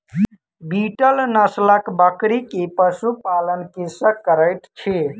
बीतल नस्लक बकरी के पशु पालन कृषक करैत अछि